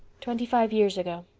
twenty-five years ago.